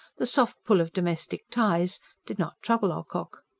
the soft pull of domestic ties did not trouble ocock.